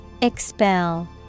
expel